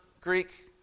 Greek